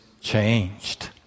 changed